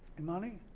imani.